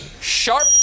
sharp